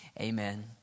amen